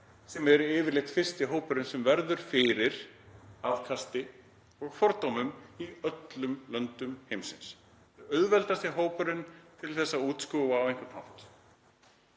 sem er yfirleitt fyrsti hópurinn sem verður fyrir aðkasti og fordómum í öllum löndum heimsins. Þetta er auðveldasti hópurinn til að útskúfa á einhvern hátt.